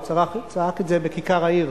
הוא צעק את זה בכיכר העיר.